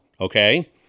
okay